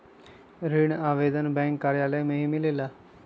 ऋण आवेदन बैंक कार्यालय मे ही मिलेला?